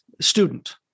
student